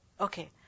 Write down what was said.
Okay